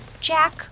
Jack